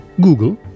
Google